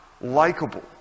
likable